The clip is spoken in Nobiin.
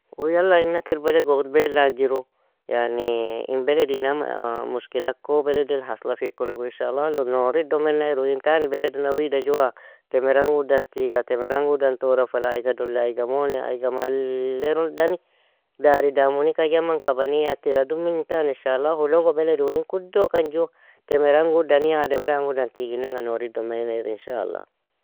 Uu yala inna kir beled gorbeala agjiro, yani in beled innan muskilakko beledel haslafiko logo, inshalalog nourido mennayru uin tani beled una wida juwa temerangudan tiga, temerangudan tora fala, aiga doli aiga mone, aiga mallerondani, dari damunika jaman kaba nia tira dumin tani, inshalahologo beled unin kuddokan ju temerangudani ademriangudan tiginanga nourido menayru inshalah.